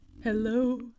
Hello